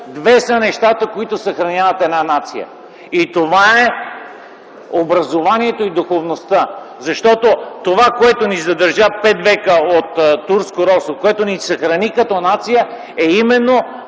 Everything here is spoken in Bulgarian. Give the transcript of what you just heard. две са нещата, които съхраняват една нация и това е образованието и духовността. Защото това, което ни задържа пет века от турско робство, което ни съхрани като нация е именно